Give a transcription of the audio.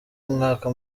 umwaka